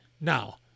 Now